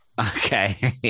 okay